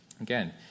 Again